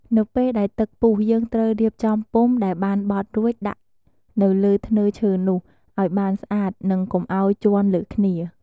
នៅពេលដែលទឹកពុះ យើងត្រូវរៀបចំពុម្ពដែលបានបត់រួចដាក់នៅលើធ្នើរឈើនោះ ឱ្យបានស្អាត និងកុំឱ្យជាន់លើគ្នា។